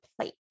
plate